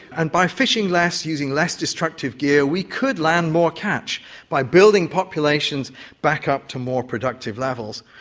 and by fishing less, using less destructive gear, we could land more catch by building populations back up to more productive levels.